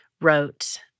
wrote